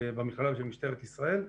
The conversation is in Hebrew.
במכללה של משטרת ישראל.